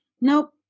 Nope